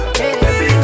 baby